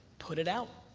put it out.